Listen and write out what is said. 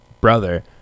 brother